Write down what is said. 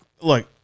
Look